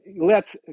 let